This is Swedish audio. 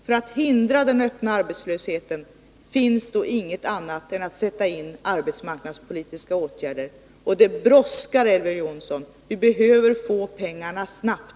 För att hindra den öppna arbetslösheten att växa finns då inget annat att göra än att sätta in arbetsmarknadspolitiska åtgärder. Och det brådskar, Elver Jonsson! Vi behöver få pengarna snabbt.